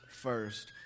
first